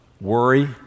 worry